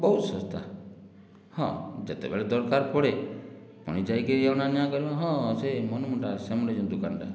ବହୁତ ଶସ୍ତା ହଁ ଯେତେବେଳେ ଦରକାର ପଡ଼େ ପୁଣି ଯାଇକି ଅଣା ଆଣିବା କରିବା ହଁ ସେ ମନମୁଣ୍ଡା ସେ ମୁଣ୍ଡେ ଯେଉଁ ଦୋକନଟା